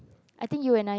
I think you and I